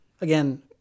again